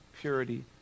purity